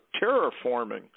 terraforming